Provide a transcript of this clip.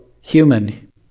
human